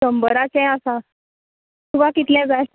शंबराचेय आसा तुका कितले जाय